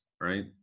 right